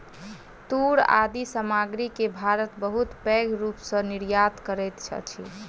तूर आदि सामग्री के भारत बहुत पैघ रूप सॅ निर्यात करैत अछि